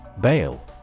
Bail